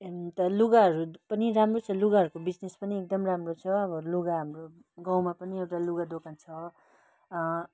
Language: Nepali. अन्त लुगाहरू पनि राम्रो छ लुगाहरूको बिजनेस पनि एकदम राम्रो छ अब लुगा हाम्रो गाउँमा पनि एउटा लुगा दोकान छ